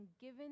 given